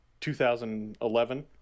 2011